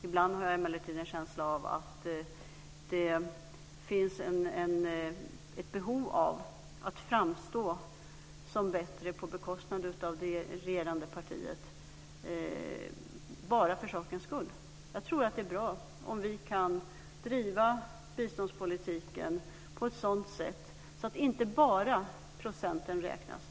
Ibland har jag emellertid en känsla av att det finns ett behov av att framstå som bättre på bekostnad av det regerande partiet bara för sakens skull. Jag tror att det är bra om vi kan driva biståndspolitiken på ett sådant sätt så att inte bara procenten räknas.